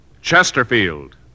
Chesterfield